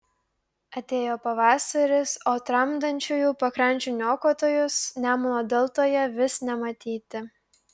atėjo pavasaris o tramdančiųjų pakrančių niokotojus nemuno deltoje vis nematyti